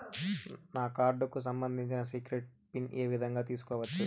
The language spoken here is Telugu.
నా కార్డుకు సంబంధించిన సీక్రెట్ పిన్ ఏ విధంగా తీసుకోవచ్చు?